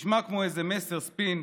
נשמע כמו איזה מסר, ספין,